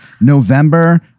November